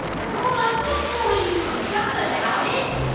ah guy raz, don't tell me you forgot about it.